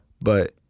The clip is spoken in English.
but-